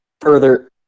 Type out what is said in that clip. further